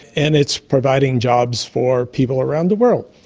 and it's providing jobs for people around the world.